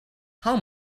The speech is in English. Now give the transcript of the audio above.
how